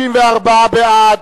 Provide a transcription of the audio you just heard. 34 בעד,